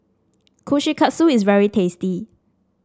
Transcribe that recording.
Kushikatsu is very tasty